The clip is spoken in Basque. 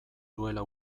duela